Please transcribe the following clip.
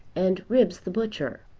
and ribbs the butcher.